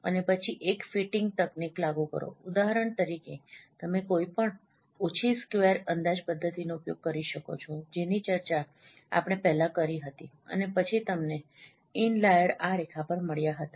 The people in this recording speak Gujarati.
અને પછી એક ફિટિંગ તકનીક લાગુ કરો ઉદાહરણ તરીકે તમે કોઈપણ ઓછી સ્ક્વેર અંદાજ પદ્ધતિનો ઉપયોગ કરી શકો છો જેની ચર્ચા આપણે પહેલાં કરી હતી અને પછી તમને ઇનલાઈર આ રેખા પર મળ્યા હતા